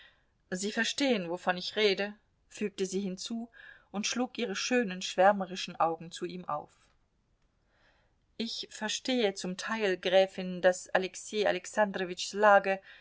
sie verstehen wovon ich rede fügte sie hinzu und schlug ihre schönen schwärmerischen augen zu ihm auf ich verstehe zum teil gräfin daß alexei alexandrowitschs lage